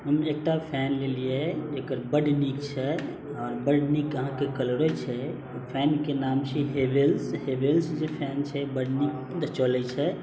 हम एकटा फैन लेलियै जकर बड्ड नीक छै आओर बड्ड नीक अहाँके कलरो छै ओ फैनके नाम छियै हेवेल्स हेवेल्स जे फैन छै बड़ नीक चलै छै